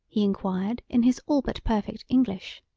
he inquired in his all but perfect english.